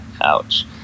ouch